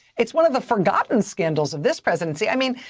it's one of the forgotten scandals of this presidency. i mean,